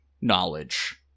knowledge